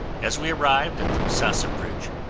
as we arrived at the misasa bridge,